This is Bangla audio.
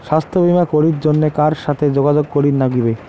স্বাস্থ্য বিমা করির জন্যে কার সাথে যোগাযোগ করির নাগিবে?